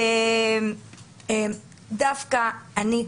דווקא אני,